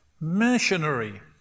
missionary